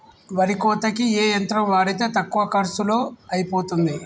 వరి కోతకి ఏ యంత్రం వాడితే తక్కువ ఖర్చులో అయిపోతుంది?